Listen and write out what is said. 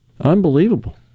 Unbelievable